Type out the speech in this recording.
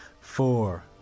four